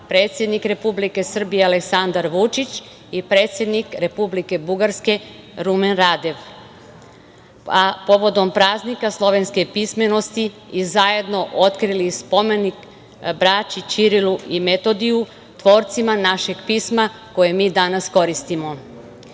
predsednik Republike Srbije Aleksandar Vučić i predsednik Republike Bugarske Rumen Radev, a povodom praznika slovenske pismenosti i zajedno otkrili spomenik braći Ćirilu i Metodiju, tvorcima našeg pisma koje mi danas koristimo.